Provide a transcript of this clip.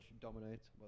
dominates